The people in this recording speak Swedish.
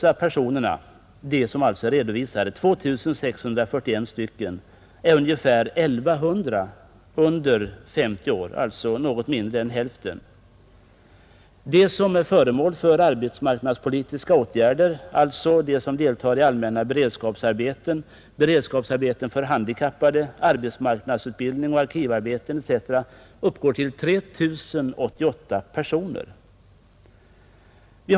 Av de nu redovisade arbetslösa — 2 641 personer — är ungefär 1 100, alltså något mindre än hälften, under 50 år. De som är föremål för arbetsmarknadspolitiska åtgärder, alltså de som deltar i allmänna beredskapsarbeten, beredskapsarbeten för handikappade, arbetsmarknadsutbildning, arkivarbete etc., uppgår till 3 088 personer.